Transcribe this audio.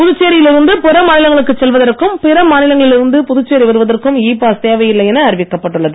புதுச்சேரியில் இருந்து பிற மாநிலங்களுக்கு செல்வதற்கும் பிற மாநிலங்களில் இருந்து புதுச்சேரி வருவதற்கும் இ பாஸ் தேவை இல்லை என அறிவிக்கப் பட்டுள்ளது